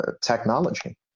technology